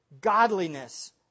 godliness